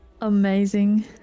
Amazing